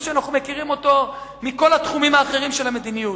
שאנחנו מכירים מכל התחומים האחרים של המדיניות.